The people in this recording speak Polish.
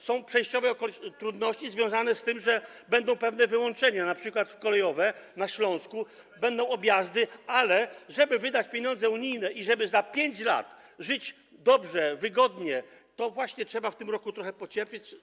Są przejściowe trudności związane z tym, że będą pewne wyłączenia, np. kolejowe na Śląsku, będą objazdy, ale żeby wydać pieniądze unijne i żeby za 5 lat żyć dobrze, wygodnie, trzeba właśnie w tym roku trochę pocierpieć.